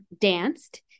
danced